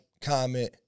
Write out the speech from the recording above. comment